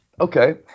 Okay